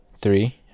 Three